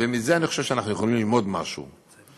ואני חושב שאנחנו יכולים ללמוד מזה משהו.